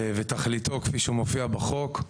ותכליתו כפי שהוא מופיע בחוק,